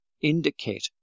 indicate